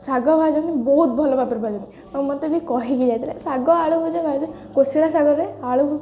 ଶାଗ ଭାଜନ୍ତି ବହୁତ ଭଲ ଭାବରେ ପାଇନ୍ତି ଆଉ ମୋତେ ବି କହିକି ଯାଇଥିଲେ ଶାଗ ଆଳୁକୁ କୋଶଳା ଶାଗରେ ଆଳୁ